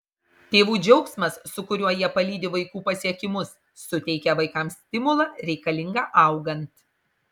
tėvų džiaugsmas su kuriuo jie palydi vaikų pasiekimus suteikia vaikams stimulą reikalingą augant